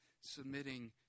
submitting